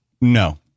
No